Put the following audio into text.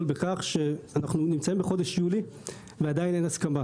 בכך שאנחנו נמצאים בחודש יולי ועדיין אין הסכמה,